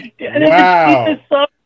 Wow